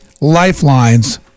Lifelines